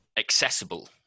accessible